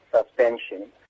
suspension